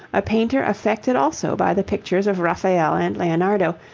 a painter affected also by the pictures of raphael and leonardo,